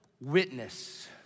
witness